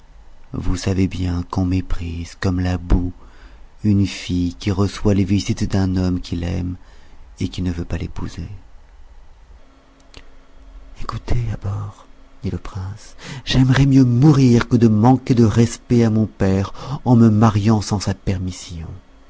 vous savez bien qu'on méprise comme la boue une fille qui reçoit les visites d'un homme qui l'aime et qui ne veut pas l'épouser ecoutez abor dit le prince j'aimerais mieux mourir que de manquer de respect à mon père en me mariant sans sa permission